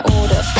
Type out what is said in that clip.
order